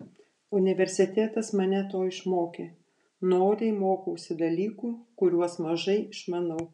universitetas mane to išmokė noriai mokausi dalykų kuriuos mažai išmanau